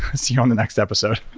see you on the next episode.